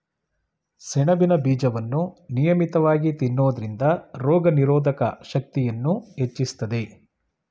ಸೆಣಬಿನ ಬೀಜವನ್ನು ನಿಯಮಿತವಾಗಿ ತಿನ್ನೋದ್ರಿಂದ ರೋಗನಿರೋಧಕ ಶಕ್ತಿಯನ್ನೂ ಹೆಚ್ಚಿಸ್ತದೆ